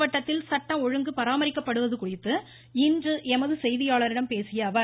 மாவட்டத்தில் சட்டம் ஒழுங்கு பராமரிக்கப்படுவது குறித்து இன்று செய்தியாளர்களிடம் பேசிய அவர்